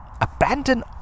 Abandon